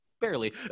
barely